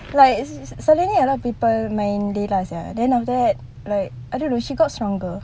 like suddenly a lot of people main layla sia then after that like I don't know she got stronger